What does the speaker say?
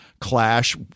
clash